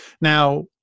Now